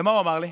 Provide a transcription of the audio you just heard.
מה הוא אמר לי?